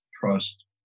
trust